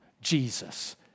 Jesus